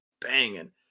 banging